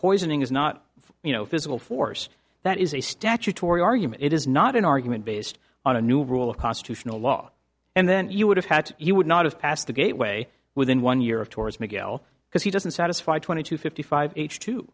poisoning is not you know physical force that is a statutory argument it is not an argument based on a new rule of constitutional law and then you would have had he would not have passed the gateway within one year of tours miguel because he doesn't satisfy twenty two fifty five